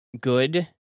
good